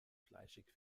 fleischig